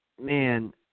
man